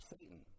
Satan